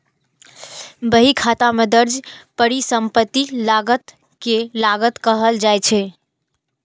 बहीखाता मे दर्ज परिसंपत्ति लागत कें लागत कहल जाइ छै